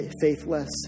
faithless